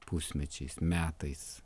pusmečiais metais